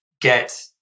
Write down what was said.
get